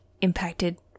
impacted